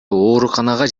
ооруканага